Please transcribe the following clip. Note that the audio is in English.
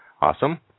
Awesome